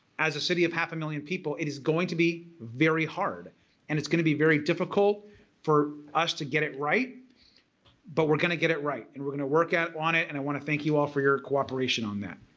as a city of half a million people, it is going to be very hard and it's going to be very difficult for us to get it right but we're going to get it right and we're going work on it and i want to thank you all for your cooperation on that.